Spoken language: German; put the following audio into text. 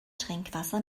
trinkwasser